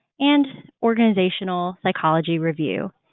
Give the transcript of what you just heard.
and organizational psychology review.